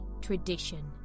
tradition